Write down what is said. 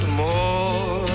more